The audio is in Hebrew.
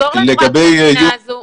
תסגור לנו את הפינה הזאת.